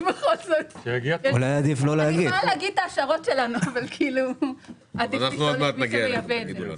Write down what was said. אני יכולה לומר מה ההשערות שלנו אבל עדיף לשאול את מי שמייבא את זה.